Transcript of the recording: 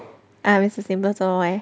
还有四十分钟 eh